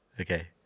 Okay